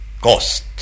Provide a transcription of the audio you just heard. cost